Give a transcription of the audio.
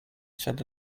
shed